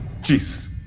Jesus